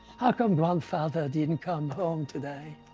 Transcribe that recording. how come grandfather didn't come home today?